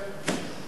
קודם כול,